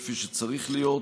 כפי שצריך להיות.